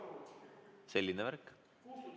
Selline värk.